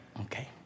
Okay